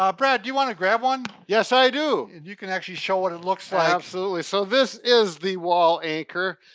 um brad, do you wanna grab one? yes, i do! and you can actually show what it looks like. absolutely. so, this is the wall anchor.